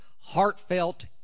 heartfelt